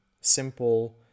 simple